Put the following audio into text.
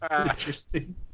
interesting